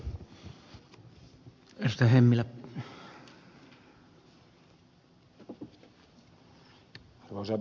arvoisa puhemies